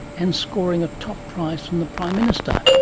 and scoring a top prize from the prime minister.